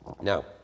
Now